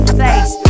face